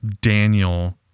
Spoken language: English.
daniel